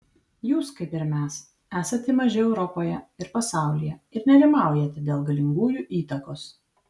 jūs kaip ir mes esate maži europoje ir pasaulyje ir nerimaujate dėl galingųjų įtakos